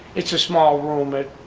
it's a small room that